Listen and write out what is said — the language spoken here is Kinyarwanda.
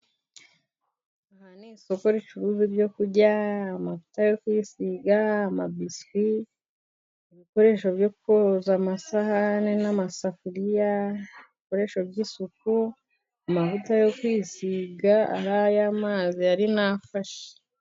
Aha ni isoko ricuruza ibyo kurya, amavuta yo kwisiga, amabiswi, ibikoresho byo koza amasahani n'amasafuriya, n' ibikoresho by'isuku. Amavuta yo kwisiga, ari aya mazi ari nafashe.